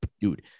Dude